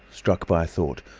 struck by a thought,